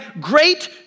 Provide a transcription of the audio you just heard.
great